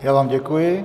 Já vám děkuji.